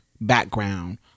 background